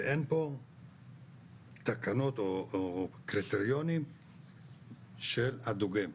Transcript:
ואין פה תקנות או קריטריונים של הדוגם,